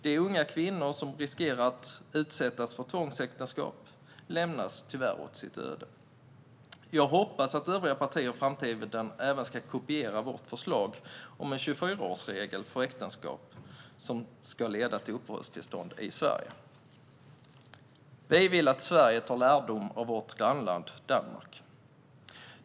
De unga kvinnor som löper risk att utsättas för tvångsäktenskap lämnas tyvärr åt sitt öde. Jag hoppas att övriga partier i framtiden ska kopiera även vårt förslag om en 24-årsregel för äktenskap som ska leda till uppehållstillstånd i Sverige. Vi vill att Sverige tar lärdom av vårt grannland Danmark.